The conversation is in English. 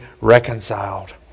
reconciled